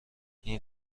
این